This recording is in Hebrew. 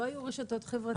לא היו רשתות חברתיות.